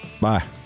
Bye